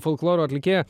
folkloro atlikėja